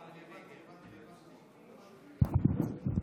בבקשה.